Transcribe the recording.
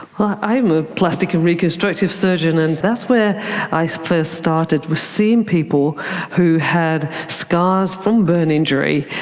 well, i'm a plastic and reconstructive surgeon, and that's where i first started, was seeing people who had scars, full burn injury,